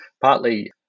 partly